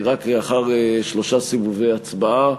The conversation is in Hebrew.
רק לאחר שלושה סיבובי הצבעה,